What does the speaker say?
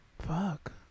Fuck